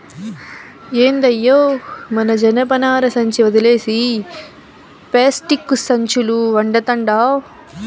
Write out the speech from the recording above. ఏందయ్యో మన జనపనార సంచి ఒదిలేసి పేస్టిక్కు సంచులు వడతండావ్